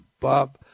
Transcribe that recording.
Bob